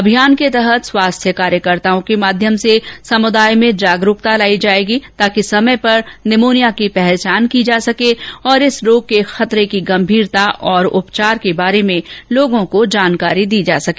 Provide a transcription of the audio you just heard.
अभियान के तहत स्वास्थ्य कार्यकर्ताओं के माध्यम से समुद्राय में जागरूकता लाई जायेगी ताकि समय पर निमोनिया की पहचान की जा सके और इस रोग के खतरे की गंभीरता और उपचार के बारे में लोगों को जानकारी दी जा सके